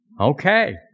Okay